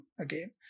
again